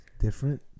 different